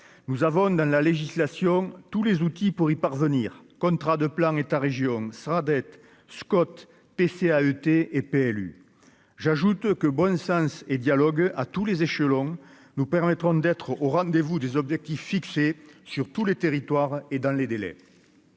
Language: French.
nous avons dans la législation, tous les outils pour y parvenir, contrat de plan État-Région sera être Scott PCAET et PLU, j'ajoute que, bon sens et dialogue à tous les échelons, nous permettront d'être au rendez-vous des objectifs fixés sur tous les territoires, et dans les délais